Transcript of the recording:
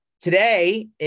Today